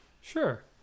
Sure